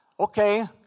okay